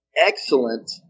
excellent